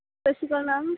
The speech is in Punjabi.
ਸਤਿ ਸ਼੍ਰੀ ਅਕਾਲ ਮੈਮ